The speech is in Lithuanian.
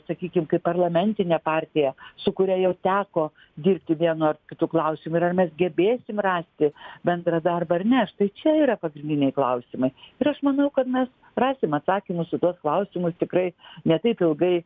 sakykim kaip parlamentinę partiją su kuria jau teko dirbti vienu ar kitu klausimu ir ar mes gebėsim rasti bendrą darbą ar ne štai tai čia yra pagrindiniai klausimai ir aš manau kad mes rasim atsakymus į tuos klausimus tikrai ne taip ilgai